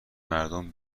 مردم